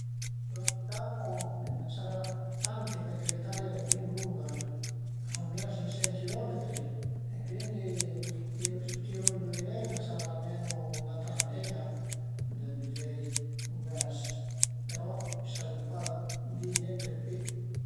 Ën Italia a i ën sarà tanti, perché l'Italia al e bin lunga, a sun milasincsent chilometri e cuindi se tiru a induviné a i ën sarà almenu 'na tranten-a d'üzei divers, però savrìu pa di niente d'pi